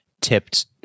tipped